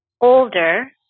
older